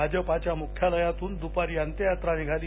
भाजपाच्या मुख्यालयातून दुपारी अंत्ययात्रा निघाली